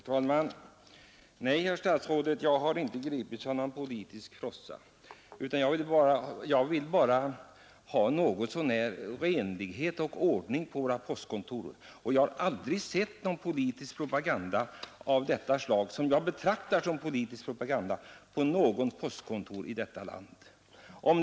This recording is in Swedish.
Herr talman! Nej, herr statsråd, jag har inte gripits av politisk frossa, utan jag vill bara ha våra postkontor befriade från politisk propaganda. Jag har aldrig tidigare sett någonting som jag betraktar som politisk propaganda på våra postkontor här i landet!